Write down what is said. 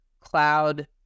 cloud